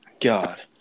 God